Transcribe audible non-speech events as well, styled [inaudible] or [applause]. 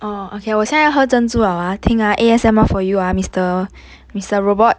[laughs]